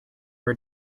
her